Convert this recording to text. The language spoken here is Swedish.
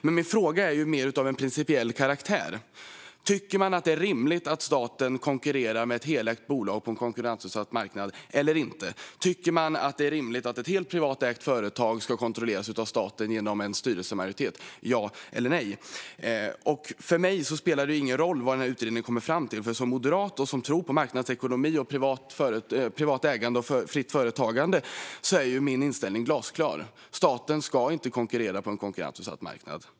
Men min fråga är av mer principiell karaktär: Tycker man att det är rimligt att staten konkurrerar genom ett helägt bolag på en konkurrensutsatt marknad eller inte? Tycker man att det är rimligt att ett helt privatägt företag ska kontrolleras av staten genom en styrelsemajoritet, ja eller nej? För mig spelar det ingen roll vad denna utredning kommer fram till, för som moderat som tror på marknadsekonomi, privat ägande och fritt företagande är min inställning glasklar: Staten ska inte konkurrera på en konkurrensutsatt marknad.